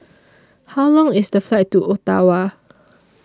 How Long IS The Flight to Ottawa